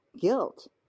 guilt